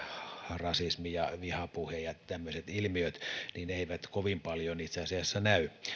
rasismi ja vihapuhe ja tämmöiset ilmiöt eivät kovin paljon itse asiassa näy